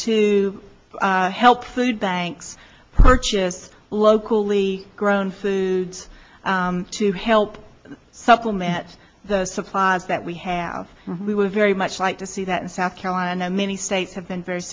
to help food banks purchase locally grown foods to help supplement the supply that we have we would very much like to see that in south carolina many states have been very